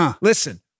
listen